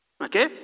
Okay